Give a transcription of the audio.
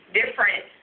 different